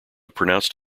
pronounced